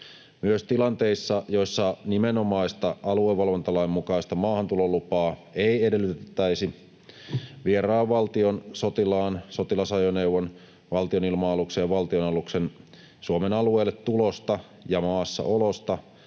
Myös tilanteissa, joissa nimenomaista aluevalvontalain mukaista maahantulolupaa ei edellytettäisi vieraan valtion sotilaan, sotilasajoneuvon, valtionilma-aluksen ja valtionaluksen Suomen alueelle tulosta ja maassaolosta,